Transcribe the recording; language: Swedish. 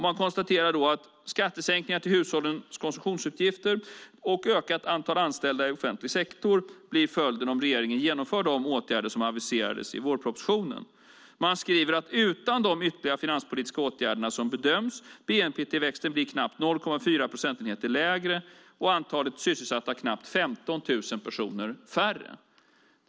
Man konstaterar då att skattesänkningar till hushållens konsumtionsutgifter och ökat antal anställda i offentlig sektor blir följden om regeringen genomför de åtgärder som aviserades i vårpropositionen. Man skriver: Utan de ytterligare finanspolitiska åtgärderna bedöms bnp-tillväxten bli knappt 0,4 procentenheter lägre och antalet sysselsatta knappt 15 000 personer mindre.